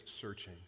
searching